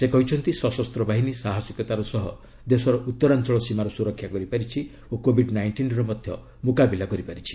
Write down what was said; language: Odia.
ସେ କହିଛନ୍ତି ସଶସ୍ତ ବାହିନୀ ସାହସିକତାର ସହ ଦେଶର ଉତ୍ତରାଞ୍ଚଳ ସୀମାର ସୁରକ୍ଷା କରିପାରିଛି ଓ କୋବିଡ୍ ନାଇଷ୍ଟିନ୍ର ମଧ୍ୟ ମୁକାବିଲା କରିପାରିଛି